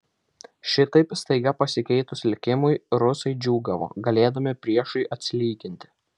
šitaip staiga pasikeitus likimui rusai džiūgavo galėdami priešui atsilyginti